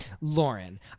Lauren